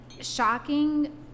Shocking